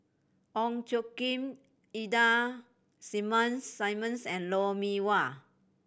Ong Tjoe Kim Ida Simmons and Lou Mee Wah